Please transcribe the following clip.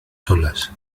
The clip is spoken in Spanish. solas